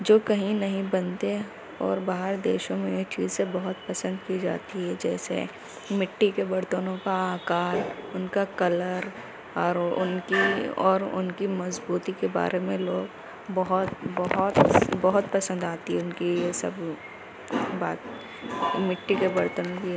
جو کہی نہیں بنتے اور باہر دیشوں میں یہ چیزیں بہت پسند کی جاتی ہے جیسے مٹی کے برتنوں کا آکار ان کا کلر اور ان کی اور ان کی مضبوطی کے بارے میں لوگ بہت بہت بہت پسند آتی ہے ان کی یہ سب بات مٹی کے برتن کی